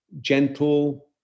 gentle